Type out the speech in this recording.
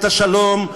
את השלום,